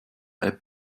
app